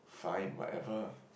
fine whatever